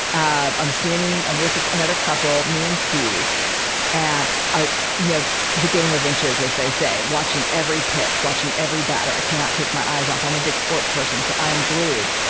i'm i'm standing i'm with another couple, me and steve and you know the game of inches, as they say watching every pitch, watching every batter. i cannot take my eyes off. i'm a big sports person, so i am glued.